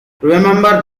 remember